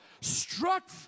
struck